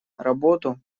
работу